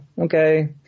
okay